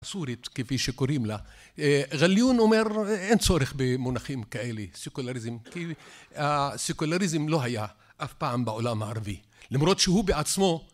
סורית כפי שקוראים לה, אבל ליון אומר אין צורך במונחים כאלה, סיקולריזם, כי הסיקולריזם לא היה אף פעם בעולם הערבי, למרות שהוא בעצמו